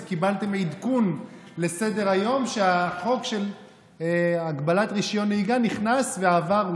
קיבלתם עדכון לסדר-היום שהחוק של הגבלת רישיון נהיגה נכנס ועבר.